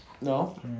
no